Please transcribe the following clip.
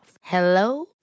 Hello